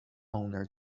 owner